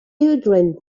children